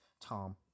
Tom